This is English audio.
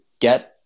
get